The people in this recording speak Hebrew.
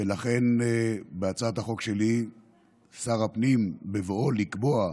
ולכן, בהצעת החוק שלי שר הפנים, בבואו לקבוע,